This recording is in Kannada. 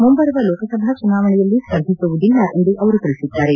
ಮುಂಬರುವ ಲೋಕಸಭಾ ಚುನಾವಣೆಯಲ್ಲಿ ಸ್ವರ್ಧಿಸುವುದಿಲ್ಲ ಎಂದು ಅವರು ತಿಳಿಸಿದ್ದಾರೆ